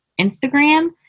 Instagram